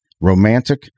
romantic